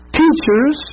teachers